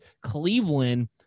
Cleveland